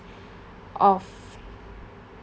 of